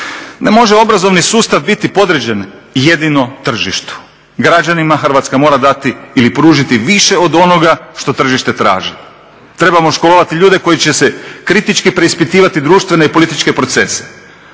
Ne može obrazovni sustav biti podređen jedino tržištu. Građanima Hrvatska mora dati ili pružiti više od onoga što tržište traži. Trebamo školovati ljude koji će kritički preispitivati društvene i političke procese.